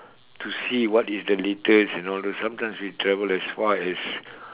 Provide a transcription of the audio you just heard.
to see what is the latest you know those sometimes we travel as far as